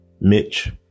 Mitch